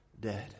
dead